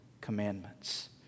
Commandments